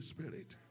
Spirit